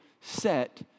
set